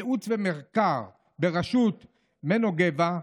ייעוץ ומחקר בראשות מנו גבע,